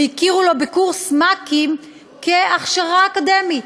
והכירו לו בקורס מ"כים כהכשרה אקדמית.